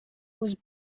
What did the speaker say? was